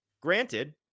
granted